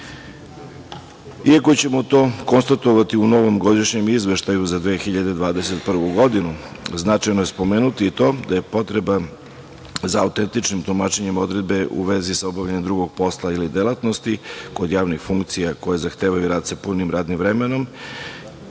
ćemo to konstatovati u novom godišnjem izveštaju za 2021. godinu, značajno je spomenuti i to da je potreba za autentičnim tumačenjem odredbe u vezi sa obavljanjem drugog posla ili delatnosti kod javnih funkcija koje zahtevaju rad sa punim radnim vremenom,